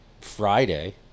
Friday